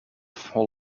hall